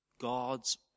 God's